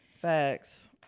facts